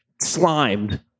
slimed